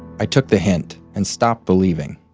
i took the hint and stopped believing.